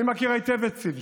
אני מכיר היטב את סין,